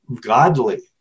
godly